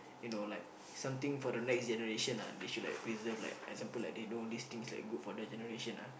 you know like something for the next generation ah they should like preserve like example they know this things good for the generation ah